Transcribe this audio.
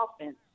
offense